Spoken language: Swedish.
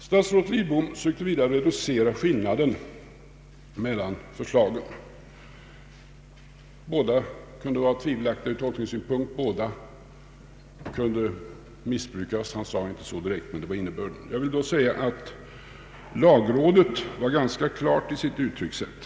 Statsrådet Lidbom sökte vidare reducera skillnaden mellan förslagen, Båda kunde vara tvivelaktiga ur tolkningssynpunkt, båda kunde missbrukas. Han sade inte så direkt, men det var innebörden. Jag vill då framhålla att lagrådet var ganska klart i sitt uttryckssätt.